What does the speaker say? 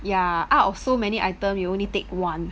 ya out of so many item you only take one